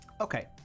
Okay